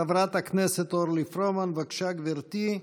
חברת הכנסת אורלי פרומן, בבקשה, גברתי,